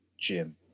gym